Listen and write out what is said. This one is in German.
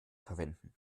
verwenden